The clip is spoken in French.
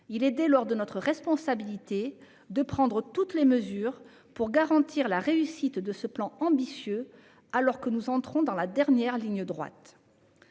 Il est dès lors de notre responsabilité de prendre toutes les mesures nécessaires pour garantir la réussite de ce projet ambitieux, alors même que nous entrons dans sa dernière ligne droite.